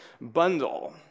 bundle